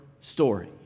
story